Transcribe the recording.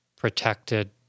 protected